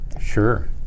Sure